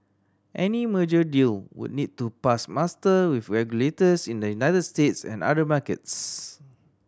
any merger deal would need to pass muster with regulators in the United States and other markets